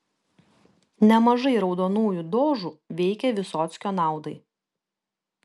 nemažai raudonųjų dožų veikė vysockio naudai